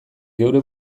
geure